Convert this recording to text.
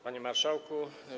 Panie Marszałku!